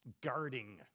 guarding